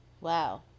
Wow